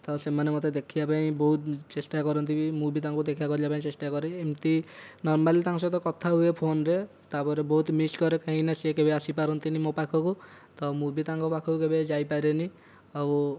ତ ସେମାନେ ମୋତେ ଦେଖିବାପାଇଁ ମଧ୍ୟ ବହୁତ ଚେଷ୍ଟା କରନ୍ତି ବି ମୁଁ ବି ତାଙ୍କୁ ଦେଖାକରିବାକୁ ଚେଷ୍ଟା କରେ ଏମିତି ନରମାଲି ତାଙ୍କ ସହ କଥା ହୁଏ ଫୋନ୍ ରେ ତାପରେ ବହୁତ ମିସ କରେ କାହିଁକିନା ସେ କେବେ ଆସିପାରନ୍ତିନି ମୋ ପାଖକୁ ତ ମୁଁ ବି ତାଙ୍କ ପାଖକୁ କେବେ ଯାଇପାରେନି ଆଉ